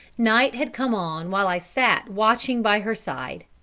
night had come on while i sat watching by her side.